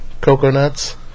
coconuts